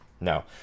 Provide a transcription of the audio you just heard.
No